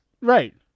Right